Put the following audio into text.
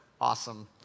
Awesome